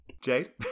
Jade